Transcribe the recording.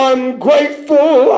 Ungrateful